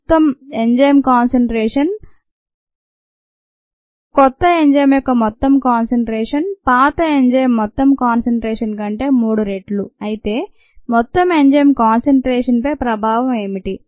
మొత్తం enzyme concentration కొత్త enzyme యొక్క మొత్తం కాన్సంట్రేషన్ పాత ఎంజైమ్ మొత్తం కాన్సంట్రేషన్ కంటే మూడు రెట్లు అయితే మొత్తం ఎంజైమ్ కాన్సంట్రేషన్ పై ప్రభావం ఏమిటి